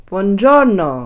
Buongiorno